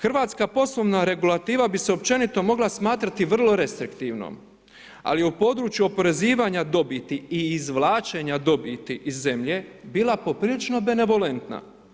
Hrvatska poslova regulativa bi se općenito mogla smatrati vrlo restriktivnom, ali u području oporezivanja dobiti i izvlačenja dobiti iz zemlje, bila poprilično benevolentna.